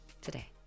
today